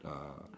ah